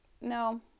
no